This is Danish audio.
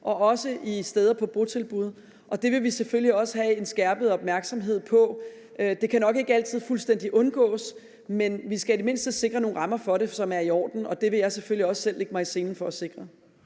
og også på botilbud. Det vil vi selvfølgelig også have en skærpet opmærksomhed på. Det kan nok ikke altid fuldstændig undgås, men vi skal i det mindste sikre nogle rammer for det, som er i orden, og det vil jeg selvfølgelig også selv lægge mig i selen for at sikre.